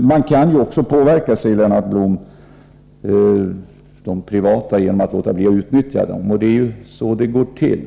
Man kan också påverka de privata alternativen, säger Lennart Blom, genom att låta bli att utnyttja dem. Det är också så det går till.